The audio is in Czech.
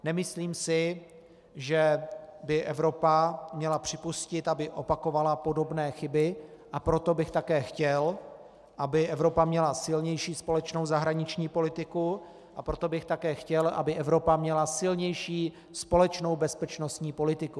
Nemyslím si, že by Evropa měla připustit, aby opakovala podobné chyby, a proto bych také chtěl, aby Evropa měla silnější společnou zahraniční politiku, a proto bych také chtěl, aby Evropa měla silnější společnou bezpečnostní politiku.